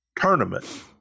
tournament